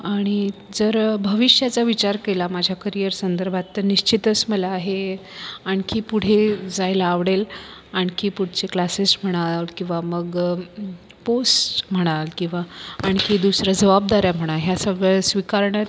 आणि जरं भविष्याचा विचार केला माझ्या करियर संदर्भात तर निश्चितच मला हे आणखी पुढे जायला आवडेल आणखी पुढचे क्लासेस म्हणाल किंवा मग पोस्ट म्हणाल किंवा आणखी दुसऱ्या जबाबदाऱ्या म्हणा ह्या सगळ्या स्वीकारण्यात